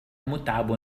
متعب